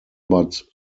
but